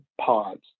pods